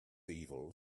evil